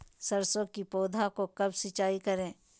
सरसों की पौधा को कब सिंचाई करे?